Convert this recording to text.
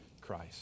Christ